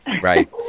Right